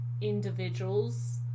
individuals